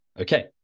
okay